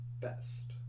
best